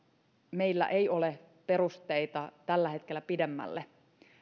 meillä ei ole perusteita tällä hetkellä pidemmälle